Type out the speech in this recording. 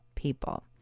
People